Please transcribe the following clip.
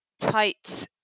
tight